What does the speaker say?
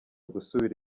gusubira